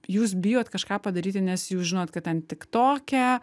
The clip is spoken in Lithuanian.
jūs bijot kažką padaryti nes jūs žinot kad ten tiktoke